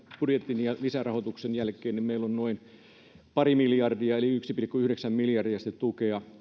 budjetin ja lisärahoituksen jälkeen meillä pari miljardia eli yksi pilkku yhdeksän miljardia ohjataan tukea